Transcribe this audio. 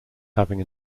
having